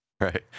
Right